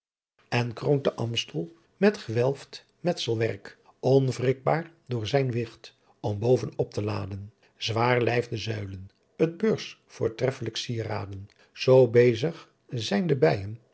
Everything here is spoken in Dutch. en kroont den aamstel met gewelleft metselwerk onwrikbaar door zijn wight om boven op te laden zwaarlijfde zuilen s beurs voortreflijke fieraden zoo beezigh zijn de byën